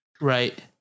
Right